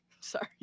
sorry